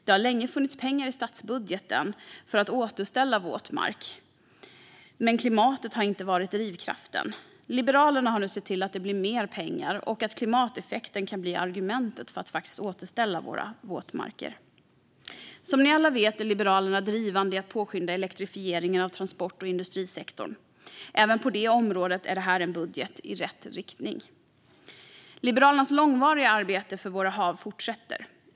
Det har länge funnits pengar i statsbudgeten för att återställa våtmark, men klimatet har inte varit drivkraften. Liberalerna har nu sett till att det blir mer pengar och att klimateffekten kan bli argumentet för att faktiskt återställa våra våtmarker. Som ni alla vet är Liberalerna drivande i att påskynda elektrifieringen av transport och industrisektorn. Även på det området är detta en budget i rätt riktning. Liberalernas långvariga arbete för våra hav fortsätter.